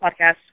podcast